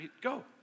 go